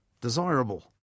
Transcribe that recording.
desirable